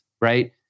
right